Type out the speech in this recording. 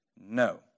No